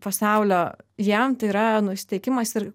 pasaulio jiem tai yra nusiteikimas ir